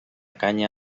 canya